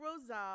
Rosal